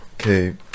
okay